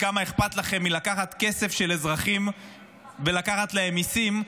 כמה אכפת לכם מלקחת כסף של אזרחים ולקחת להם מיסים,